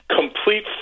complete